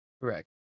Correct